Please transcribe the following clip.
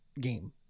game